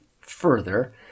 further